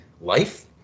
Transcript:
life